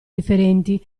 differenti